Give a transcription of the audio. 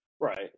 right